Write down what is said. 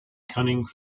cunning